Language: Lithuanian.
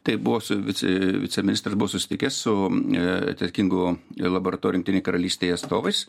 taip buvo su vice viceministras buvo susitikęs su atsakingu laboratorin jungtinėj karalystėj atstovais